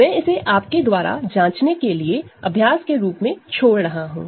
मैं इसे आपके द्वारा जांचने के लिए अभ्यास के रूप में छोड़ रहा हूं